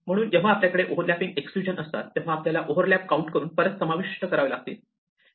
म्हणून जेव्हा आपल्याकडे हे ओव्हरलॅपिंग एक्सकलूजन असतात तेव्हा आम्हाला ओव्हरलॅप काऊंट करून परत समाविष्ट करावे लागतील